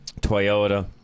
Toyota